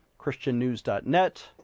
christiannews.net